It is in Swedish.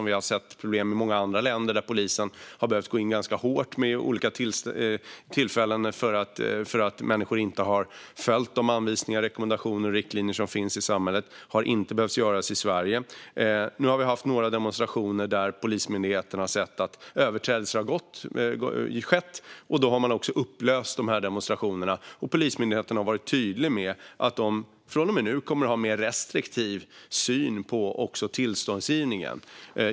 Vi har i många andra länder sett problem med att polisen vid olika tillfällen har behövt gå in ganska hårt för att människor inte har följt de anvisningar, rekommendationer och riktlinjer som finns i samhället, och det har man inte behövt göra i Sverige. Nu har vi haft några demonstrationer där Polismyndigheten har sett att överträdelser har skett, och då har man också upplöst demonstrationerna. Polismyndigheten har varit tydlig med att man från och med nu kommer att ha en mer restriktiv syn även på tillståndsgivningen.